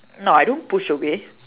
no I don't push away